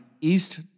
East